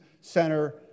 center